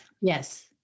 Yes